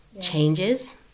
changes